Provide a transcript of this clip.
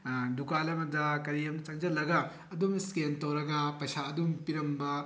ꯗꯨꯀꯥꯟ ꯑꯃꯗ ꯀꯔꯤ ꯑꯃꯗ ꯆꯪꯁꯤꯜꯂꯒ ꯑꯗꯨꯝ ꯏꯁꯀꯦꯟ ꯇꯧꯔꯒ ꯄꯩꯁꯥ ꯑꯗꯨꯝ ꯄꯤꯔꯝꯕ